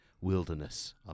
wilderness